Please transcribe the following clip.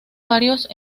varios